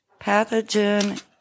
Pathogen